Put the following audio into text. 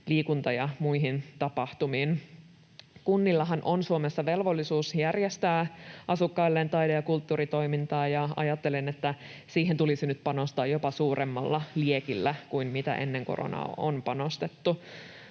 liikunta- ja muihin tapahtumiin. Kunnillahan on Suomessa velvollisuus järjestää asukkailleen taide- ja kulttuuritoimintaa, ja ajattelen, että siihen tulisi nyt panostaa jopa suuremmalla liekillä kuin mitä ennen koronaa on panostettu.